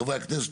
חברי הכנסת,